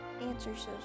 answers